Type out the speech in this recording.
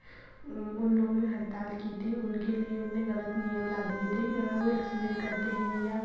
उन लोगों ने हड़ताल की थी उनके लिए उन्होंने गलत नियम ला दिए थे कि अगर वह एक्सिलेंट करते हैं या